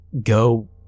go